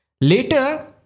Later